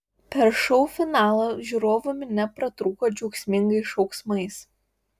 per šou finalą žiūrovų minia pratrūko džiaugsmingais šauksmais